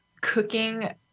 cooking